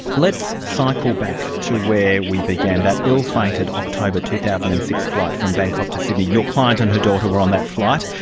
let's cycle back to where we began, that ill-fated october two thousand and six flight from bangkok to sydney. your client and her daughter were on that flight,